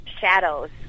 shadows